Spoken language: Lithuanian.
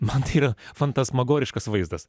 man tai yra fantasmagoriškas vaizdas